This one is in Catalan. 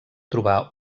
trobar